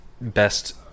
best